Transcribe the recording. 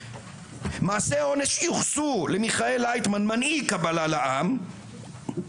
מעשה אונס יוחסו למיכאל לייטמן מנהיג קבלה לעם,